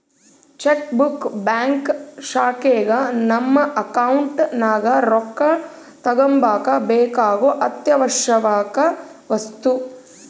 check book bank ಶಾಖೆಗ ನಮ್ಮ account ನಗ ರೊಕ್ಕ ತಗಂಬಕ ಬೇಕಾಗೊ ಅತ್ಯಾವಶ್ಯವಕ ವಸ್ತು